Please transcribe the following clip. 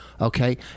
okay